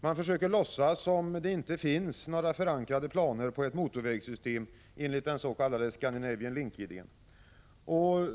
Man försöker låtsas som om det inte finns några förankrade planer på ett motorvägssystem enligt den s.k. Scandinavian Link-idén.